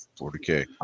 40k